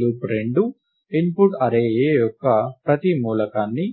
loop 2 input array A యొక్క ప్రతి మూలకాన్ని